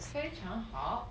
非常好